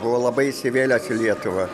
buvau labai įsivėlęs lietuvą